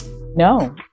No